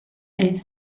est